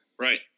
Right